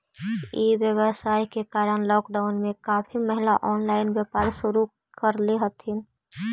ई व्यवसाय के कारण लॉकडाउन में काफी महिला ऑनलाइन व्यापार शुरू करले हथिन